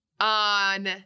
on